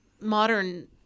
modern